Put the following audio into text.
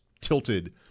tilted